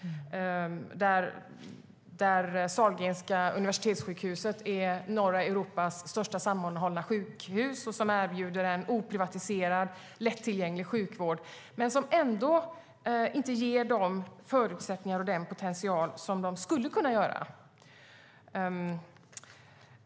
Sahlgrenska universitetssjukhuset är norra Europas största sammanhållna sjukhus och erbjuder en oprivatiserad lättillgänglig sjukvård men ges ändå inte de förutsättningar och den potential som de skulle kunna få.